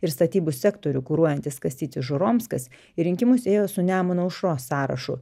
ir statybų sektorių kuruojantis kastytis žuromskas į rinkimus ėjo su nemuno aušros sąrašu